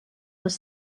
les